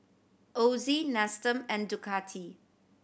Ozi Nestum and Ducati